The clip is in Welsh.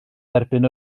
derbyn